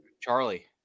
Charlie